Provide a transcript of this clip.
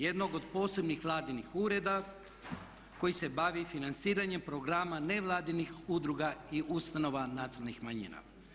Jednog od posebnih Vladinih ureda koji se bavi financiranjem programa nevladinih udruga i ustanova nacionalnih manjina.